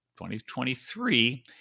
2023